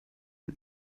den